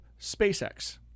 SpaceX